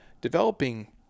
developing